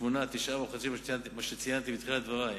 שמונה עד תשעה חודשים, מה שציינתי בתחילת דברי.